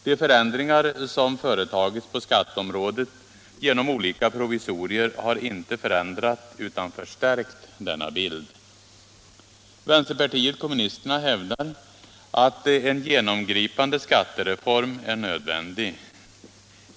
De förändringar som företagits på skatteområdet genom olika provisorier har inte förändrat utan förstärkt denna bild. Vänsterpartiet kommunisterna hävdar att en genomgripande skattereform är nödvändig.